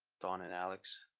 don and alex,